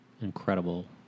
incredible